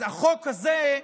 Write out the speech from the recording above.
אז החוק הזה,